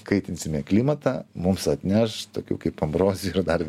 kaitinsime klimatą mums atneš tokių kaip ambrozijų ir dar